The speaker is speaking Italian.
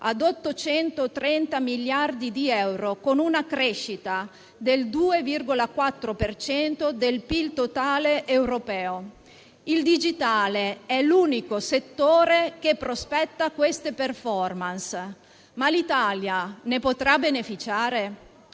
ad 830 miliardi di euro, con una crescita del 2,4 per cento del PIL totale europeo. Il digitale è l'unico settore che prospetta queste *performance*, ma l'Italia ne potrà beneficiare?